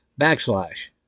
backslash